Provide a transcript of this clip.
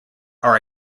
are